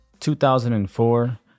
2004